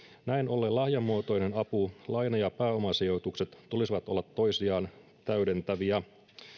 näin ollen lahjamuotoisen avun sekä laina ja pääomasijoitusten tulisi olla toisiaan täydentäviä